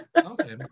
Okay